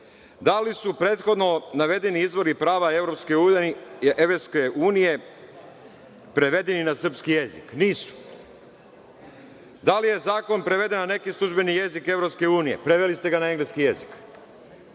Da li su prethodno navedeni izvori prava EU prevedeni na srpski jezik? Nisu. Da li je zakon preveden na neki službeni jezik EU? Preveli ste ga na engleski jezik.